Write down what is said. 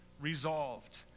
Resolved